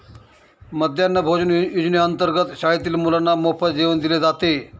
मध्यान्ह भोजन योजनेअंतर्गत शाळेतील मुलांना मोफत जेवण दिले जाते